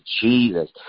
Jesus